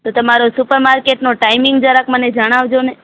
તો તમારો સુપરમાર્કેટનો ટાઈમીંગ જરાક મને જણાવજોને